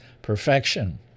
perfection